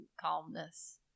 calmness